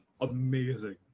amazing